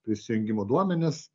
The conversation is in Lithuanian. prisijungimo duomenis